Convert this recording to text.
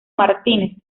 martínez